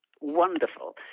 wonderful